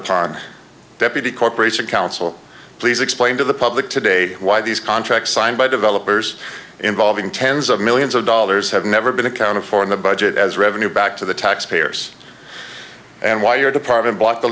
upon deputy corporation counsel please explain to the public today why these contracts signed by developers involving tens of millions of dollars have never been accounted for in the budget as revenue back to the taxpayers and why your department bought the